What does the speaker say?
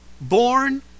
Born